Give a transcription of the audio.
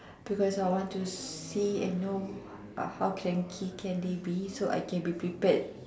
because I want to see and know how can he they can be so I can repeated